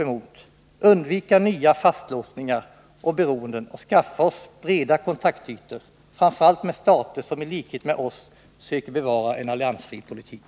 Vi bör undvika nya fastlåsningar och beroenden, och vi bör skaffa oss breda kontaktytor, framför allt med stater som i likhet med oss söker bevara en alliansfri politik.